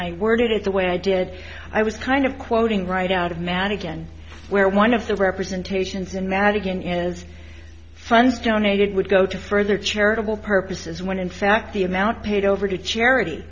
i worded it the way i did i was kind of quoting right out of madigan where one of the representations in madigan is funds donated would go to further charitable purposes when in fact the amount paid over to charity